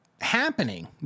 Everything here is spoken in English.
happening